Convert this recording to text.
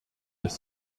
des